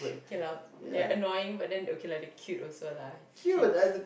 okay lah they are annoying but then okay lah they cute also lah cute